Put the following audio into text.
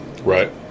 Right